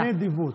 נדיבות.